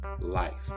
life